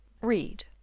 Read